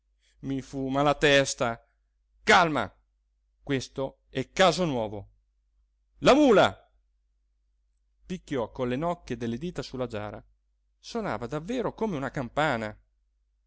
i fuma la testa calma questo è caso nuovo la mula picchiò con le nocche delle dita su la giara sonava davvero come una campana